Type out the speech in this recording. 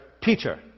Peter